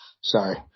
Sorry